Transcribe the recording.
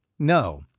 No